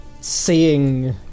seeing